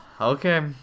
Okay